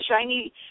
shiny